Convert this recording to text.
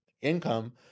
income